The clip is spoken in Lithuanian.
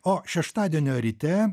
o šeštadienio ryte